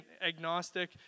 agnostic